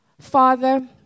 father